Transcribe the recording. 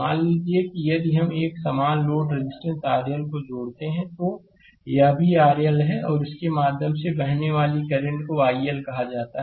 मान लीजिए यदि हम एक समान लोड रेजिस्टेंसRL को जोड़ते हैं तो यह भी RL है और इसके माध्यम से बहने वाली करंट को iL कहा जाता है